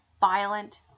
violent